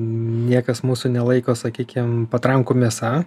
niekas mūsų nelaiko sakykim patrankų mėsa